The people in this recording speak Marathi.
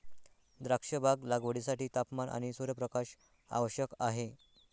द्राक्षबाग लागवडीसाठी तापमान आणि सूर्यप्रकाश आवश्यक आहे